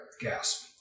Gasp